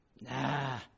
Nah